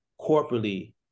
corporately